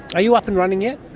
are you up and running yet?